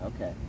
Okay